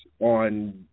on